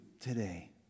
today